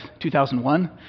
2001